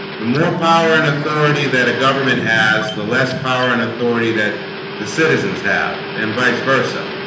the more power and authority that a government has the less power and authority that the citizens have and vice versa